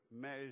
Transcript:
measure